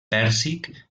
pèrsic